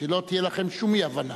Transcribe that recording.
שלא תהיה לכם שום אי-הבנה.